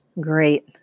Great